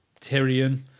Tyrion